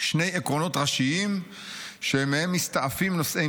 שני עקרונות ראשיים שמהם מסתעפים נושאי